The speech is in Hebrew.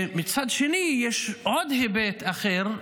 מצד שני יש היבט אחר,